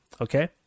Okay